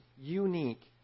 unique